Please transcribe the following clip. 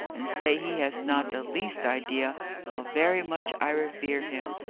and say he has not the least idea very much i revere him.